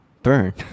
burn